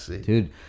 Dude